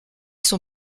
son